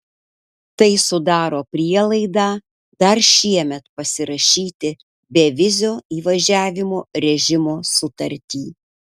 tai sudaro prielaidą dar šiemet pasirašyti bevizio įvažiavimo režimo sutartį